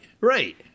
right